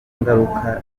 ngaruka